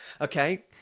okay